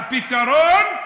הפתרון,